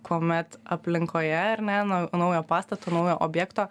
kuomet aplinkoje ar ne nau naujo pastato naujo objekto